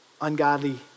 ungodly